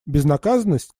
безнаказанность